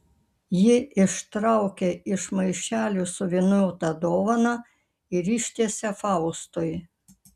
ji ištraukia iš maišelio suvyniotą dovaną ir ištiesia faustui